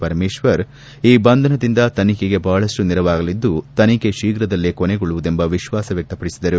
ಪರಮೇಶ್ವರ್ ಈ ಬಂಧನದಿಂದ ತನಿಖೆಗೆ ಬಹಳಷ್ಟು ನೆರವಾಗಲಿದ್ದು ತನಿಖೆ ಶೀಘ್ರದಲ್ಲೇ ಕೊನೆಗೊಳ್ಳುವುದೆಂಬ ವಿಶ್ವಾಸ ವ್ಯಕ್ತಪಡಿಸಿದರು